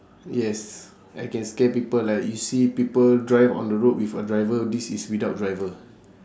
yes I can scare people like you see people drive on the road with a driver this is without driver